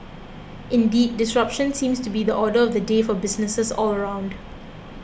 indeed disruption seems to be the order the day for businesses all around